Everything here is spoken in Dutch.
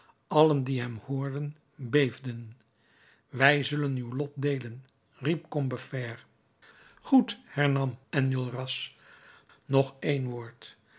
allen die hem hoorden beefden wij zullen uw lot deelen riep combeferre goed hernam enjolras nog één woord